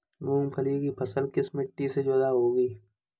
मूंगफली की फसल किस मिट्टी में ज्यादा होगी?